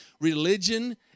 religion